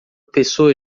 pessoa